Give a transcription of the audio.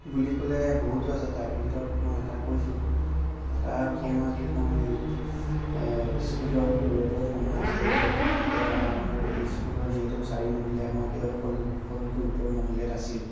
বুলি ক'লে বহুতো আছে তাৰে ভিতৰত এটা কৈছোঁ এটা সময়ত মই স্কুলৰ পিৰিয়ডৰ সময়ত সেই হ'ল তেতিয়া আমাৰ স্কুলৰ যিহেতু চাৰিমহলীয়া মই একে সকলোতকৈ ওপৰৰ মহলীয়াত আছিলোঁ